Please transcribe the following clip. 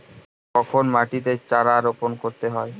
কখন মাটিতে চারা রোপণ করতে হয়?